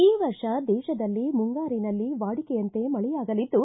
ಈ ವರ್ಷ ದೇಶದಲ್ಲಿ ಮುಂಗಾರಿನಲ್ಲಿ ವಾಡಿಕೆಯಂತೆ ಮಳೆಯಾಗಲಿದ್ದು